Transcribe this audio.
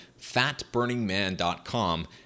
fatburningman.com